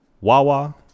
Wawa